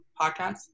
podcast